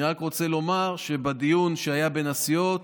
אני רק רוצה לומר שבדיון שהיה בין הסיעות,